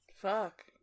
Fuck